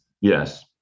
Yes